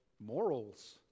morals